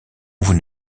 vous